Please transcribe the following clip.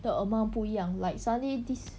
the amount 不一样 like suddenly this